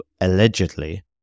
allegedly